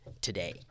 today